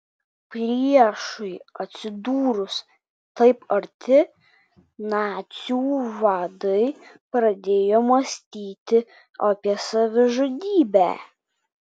priešui atsidūrus taip arti nacių vadai pradėjo mąstyti apie savižudybę